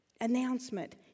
announcement